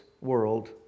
world